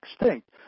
extinct